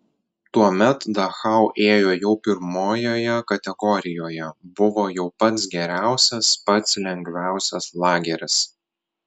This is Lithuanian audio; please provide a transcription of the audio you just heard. tuomet dachau ėjo jau pirmojoje kategorijoje buvo jau pats geriausias pats lengviausias lageris